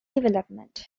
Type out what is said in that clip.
development